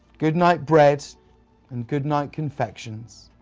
goodnight, bread and goodnight, confections